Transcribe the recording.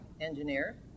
engineer